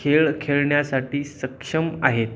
खेळ खेळण्यासाठी सक्षम आहेत